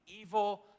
evil